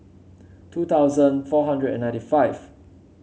two thousand four hundred and ninety five